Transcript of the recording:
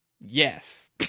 Yes